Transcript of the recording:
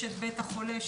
יש את בית החולה,